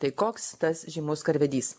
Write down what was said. tai koks tas žymus karvedys